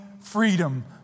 freedom